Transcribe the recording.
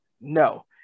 no